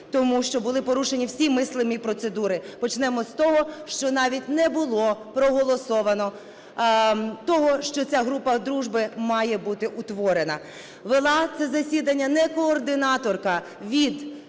Тому що були порушені всі мислимі процедури, почнемо з того, що навіть не було проголосовано того, що ця група дружби має бути утворена. Вела це засідання не координаторка від